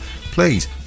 please